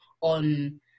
on